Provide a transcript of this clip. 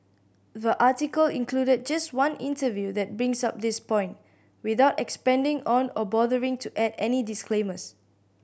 the article included just one interview that brings up this point without expanding on or bothering to add any disclaimers